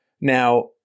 Now